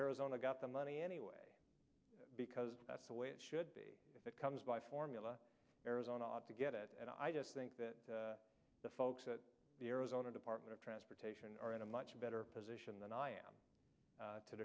arizona got the money anyway because that's the way it should be if it comes by formula arizona ought to get it and i just think that the folks at the arizona department of transportation are in a much better position than i am